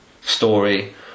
story